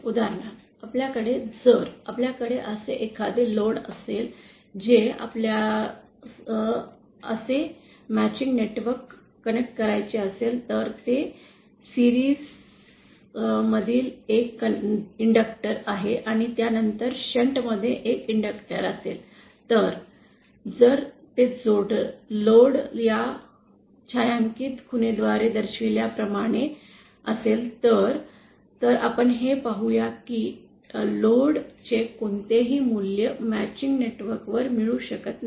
उदाहरणार्थ आपल्याकडे जर आपल्याकडे असे एखादे लोड असेल जे आपल्यास असे मॅचिंग नेटवर्क कनेक्ट करायचे असेल तर ते मालिकेत ील एक इंडक्टर् आहे आणि त्या नंतर शंट मध्ये एक इंडक्टर् असेल तर जर ते लोड या छायांकित खूणद्वारे दर्शविलेल्या प्रदेशात असेल तर तर आपण हे पाहू की या लोड चे कोणतेही मूल्य मॅचिंग नेटवर्क वर मिळू शकत नाही